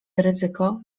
ryzyko